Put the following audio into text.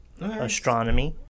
astronomy